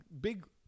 big